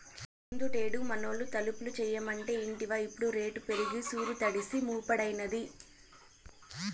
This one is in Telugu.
ముందుటేడు మనూళ్లో తలుపులు చేయమంటే ఇంటివా ఇప్పుడు రేటు పెరిగి సూరు తడిసి మోపెడైనాది